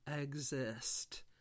exist